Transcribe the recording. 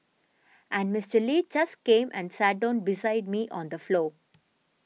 and Mister Lee just came and sat down beside me on the floor